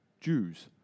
Jews